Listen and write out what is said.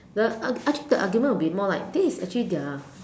the ar~ actually the argument will be more like this is actually their